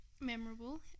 memorable